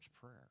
Prayer